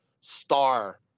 star